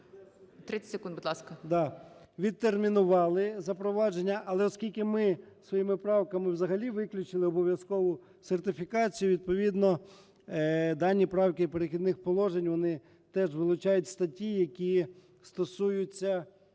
Відтермінували запровадження. Але оскільки ми своїми правками взагалі виключити обов'язкову сертифікацію, відповідно дані правки "Перехідних положень", вони теж вилучають статті, які стосуються